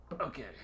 Okay